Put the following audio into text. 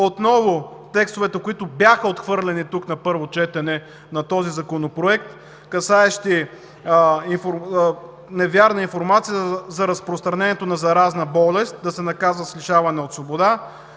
отново текстовете, които бяха отхвърлени тук на първо четене на този законопроект, касаещи невярна информация за разпространението на заразна болест – да се наказва с лишаване от свобода.